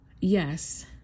yes